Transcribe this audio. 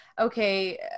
okay